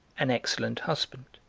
an excellent husband.